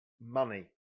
money